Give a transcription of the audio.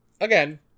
Again